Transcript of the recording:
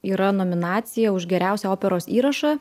yra nominacija už geriausią operos įrašą